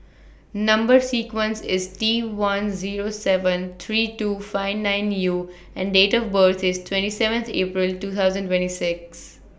Number sequence IS T one Zero seven three two five nine U and Date of birth IS twenty seventh April two thousand twenty six